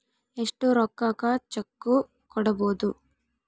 ಎಷ್ಟು ರೊಕ್ಕಕ ಚೆಕ್ಕು ಕೊಡುಬೊದು